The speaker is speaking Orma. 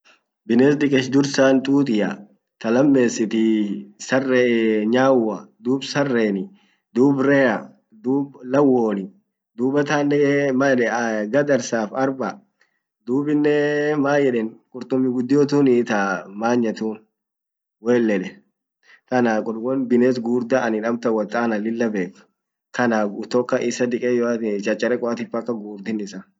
Bines dikach dursan tutia. ta lamesitii nyaua dub sareni dub rea dub lawoni dubatanen man yedan gadarsaf arba dubinen man yedan qurtumi gudio tunii ta manya tun tanaa won bines gugurda anin wot a'ana lilla bek tanaa kutoka isa diqayoati chacharekoati mpaka gugurdin isa.